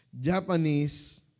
Japanese